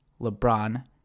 LeBron